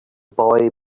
boy